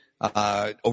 over